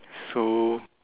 so